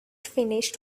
finished